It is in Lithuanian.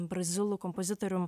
brazilų kompozitorium